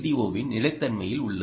ஓவின் நிலைத்தன்மையில் உள்ளது